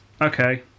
okay